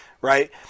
right